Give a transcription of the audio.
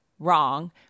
Wrong